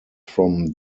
from